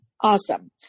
Awesome